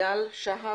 סיגל שהב.